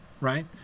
right